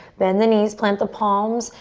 bend the knees, plant the palms,